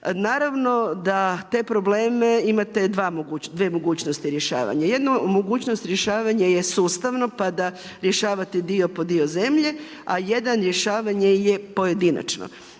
Naravno da te probleme imate dvije mogućnosti rješavanja. Jedna od mogućnosti rješavanja je sustavno pa da rješavate dio po dio zemlje a jedan rješavanje je pojedinačno.